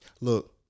Look